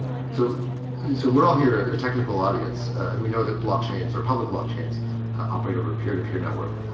so so we're all here a technical audience and we know that blockchains or public blockchains operate over peer-to-peer network.